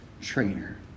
trainer